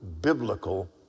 biblical